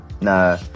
No